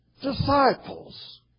disciples